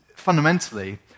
fundamentally